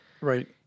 Right